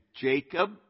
Jacob